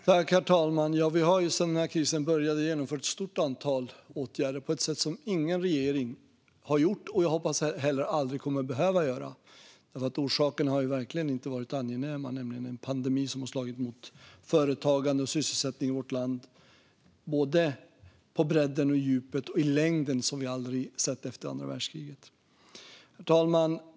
Herr talman! Vi har sedan krisen började genomfört ett stort antal åtgärder på ett sätt som ingen regering har gjort och jag hoppas heller aldrig kommer att behöva göra. Orsaken har verkligen inte varit angenäm, nämligen en pandemi som har slagit mot företagande och sysselsättning i vårt land på bredden, djupet och längden som vi aldrig sett sedan andra världskriget. Herr talman!